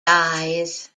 dies